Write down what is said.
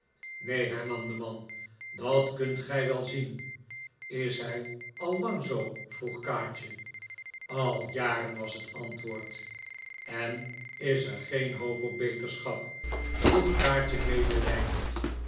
neen hernam de man dat kunt gij wel zien is hij al lang zoo vroeg kaatje a jaren was het antwoord en is er geen hoop op beterschap vroeg kaatje medelijdend